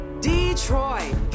Detroit